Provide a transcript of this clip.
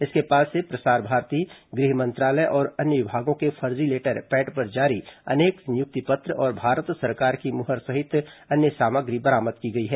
इसके पास से प्रसार भारती गृह मंत्रालय और अन्य विभागों के फर्जी लेटर पैड पर जारी अनेक नियुक्ति पत्र और भारत सरकार की मुहर सहित अन्य सामग्री बरामद की गई है